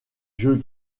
jeux